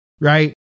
right